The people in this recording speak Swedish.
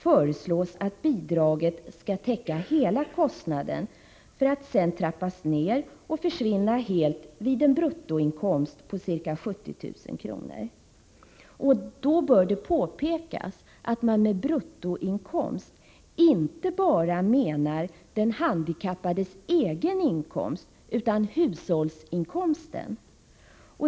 föreslås att bidraget skall täcka hela kostnaden för att sedan trappas ner och försvinna helt vid en bruttoinkomst på ca 70 000 kr. Det bör då påpekas att man med bruttoinkomst inte bara menar den handikappades egen inkomst utan hushållsinkomsten.